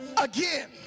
again